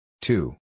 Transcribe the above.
Two